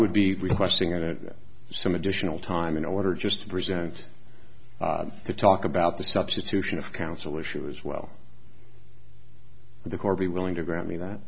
would be requesting that some additional time in order just to present to talk about the substitution of counsel issue as well the core be willing to grant me that